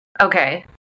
Okay